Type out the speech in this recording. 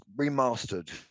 remastered